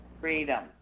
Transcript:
freedom